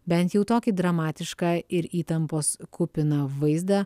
bent jau tokį dramatišką ir įtampos kupiną vaizdą